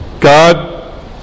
God